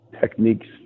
Techniques